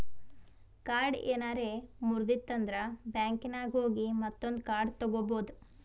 card ಏನಾರೆ ಮುರ್ದಿತ್ತಂದ್ರ ಬ್ಯಾಂಕಿನಾಗ್ ಹೋಗಿ ಮತ್ತೊಂದು ಕಾರ್ಡ್ ತಗೋಬೋದ್